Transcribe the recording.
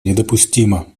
недопустимо